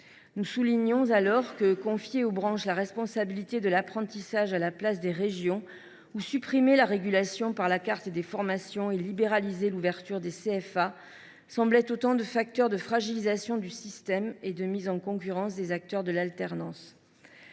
nous le soulignions alors, confier aux branches la responsabilité de l’apprentissage à la place des régions, supprimer la régulation par la carte des formations et libéraliser l’ouverture des CFA représentaient autant de facteurs de fragilisation du système et de mise en concurrence des acteurs de l’alternance.